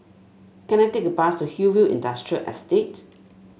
can I take a bus to Hillview Industrial Estate